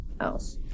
else